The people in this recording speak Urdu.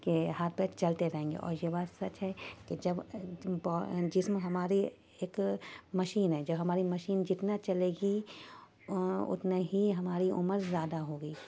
کہ ہاتھ پیر چلتے رہیں گے اور یہ بات سچ ہے کہ جب جسم ہماری ایک مشین ہے جب ہماری مشین جتنا چلے گی اتنا ہی ہماری عمر زیادہ ہوگی